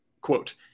quote